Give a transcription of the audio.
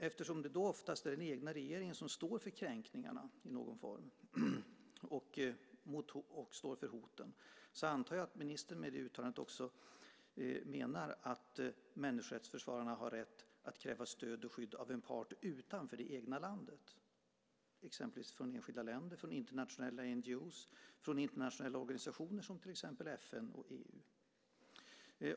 Eftersom det då oftast är den egna regeringen som står för kränkningarna och hoten, antar jag att ministern med det uttalandet menar att människorättsförsvararna har rätt att kräva stöd och skydd av en part utanför det egna landet, exempelvis från enskilda länder, från internationella NGO:er och från internationella organisationer, som FN och EU.